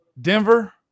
Denver